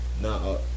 now